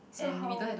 so how